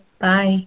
Bye